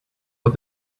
but